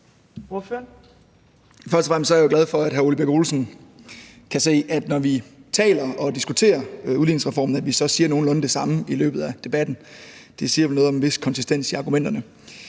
Først og fremmest er jeg jo glad for, at hr. Ole Birk Olesen kan se, at når vi taler om og diskuterer udligningsreformen, så siger vi nogenlunde det samme i løbet af debatten. Det siger vel noget om en vis konsistens i argumenterne.